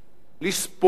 לספוג,